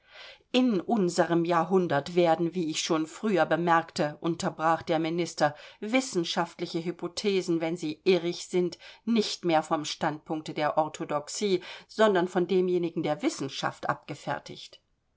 in unserem jahrhundert werden wie ich schon früher bemerkte unterbrach der minister wissenschaftliche hypothesen wenn sie irrig sind nicht mehr vom standpunkte der orthodoxie sondern von demjenigen der wissenschaft abgefertigt